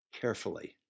carefully